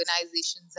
organizations